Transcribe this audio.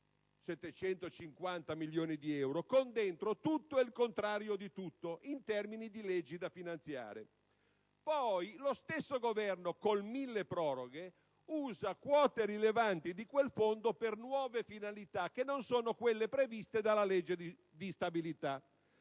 (750 milioni di euro) con dentro tutto e il contrario di tutto in termini di leggi da finanziare. Poi, lo stesso Governo, con il milleproroghe, usa quote rilevanti di quel fondo per nuove finalità che non sono quelle previste dalla legge di stabilità.